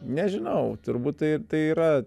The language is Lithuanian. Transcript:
nežinau turbūt tai tai yra